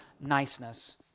niceness